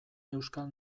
euskal